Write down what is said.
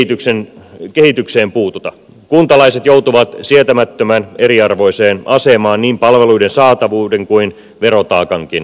ellei kehitykseen puututa kuntalaiset joutuvat sietämättömän eriarvoiseen asemaan niin palveluiden saatavuuden kuin verotaakankin osalta